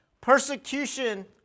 persecution